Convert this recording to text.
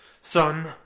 Son